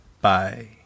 Bye